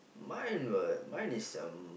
mine were mine is um